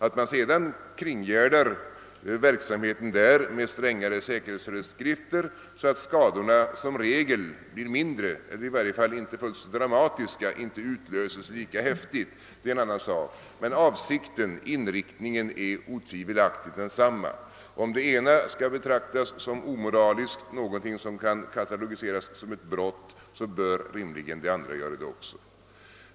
Att man sedan kringgärdar verksamheten där med strängare säkerhetsföreskrifter så att skadorna som regel blir mindre eller i varje fall inte fullt så dramatiska och inte utlöses lika häftigt är en annan sak. Men avsikten och inriktningen är utan tvivel desamma. Om det ena skall betraktas som omoraliskt — något som kan katalogiseras såsom ett brott — bör rimligen det andra betraktas på samma sätt.